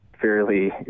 fairly